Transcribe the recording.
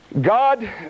God